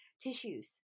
tissues